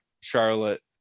Charlotte